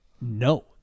no